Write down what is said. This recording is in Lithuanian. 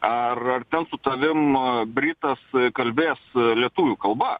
ar ar ten su tavim britas kalbės lietuvių kalba